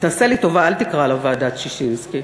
ותעשה לי טובה, אל תקרא לה ועדת ששינסקי,